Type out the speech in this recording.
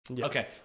Okay